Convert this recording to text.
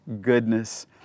goodness